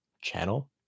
channel